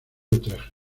utrecht